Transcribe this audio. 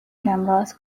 cameras